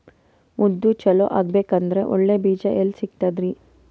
ಉದ್ದು ಚಲೋ ಆಗಬೇಕಂದ್ರೆ ಒಳ್ಳೆ ಬೀಜ ಎಲ್ ಸಿಗತದರೀ?